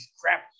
crap